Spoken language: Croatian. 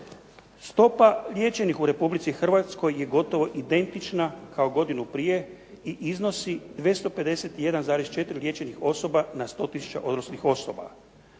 Stopa liječenih u Republici Hrvatskoj je gotovo identična kao godinu prije i iznosi 251,4 liječenih osoba na 100 tisuća odraslih osoba.